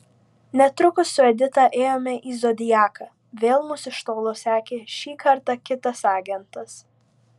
netrukus su edita ėjome į zodiaką vėl mus iš tolo sekė šį kartą kitas agentas